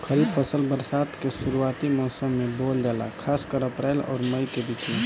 खरीफ फसल बरसात के शुरूआती मौसम में बोवल जाला खासकर अप्रैल आउर मई के बीच में